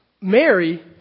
Mary